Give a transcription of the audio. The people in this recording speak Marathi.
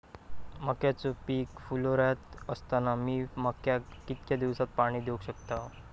मक्याचो पीक फुलोऱ्यात असताना मी मक्याक कितक्या दिवसात पाणी देऊक शकताव?